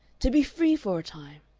to be free for a time.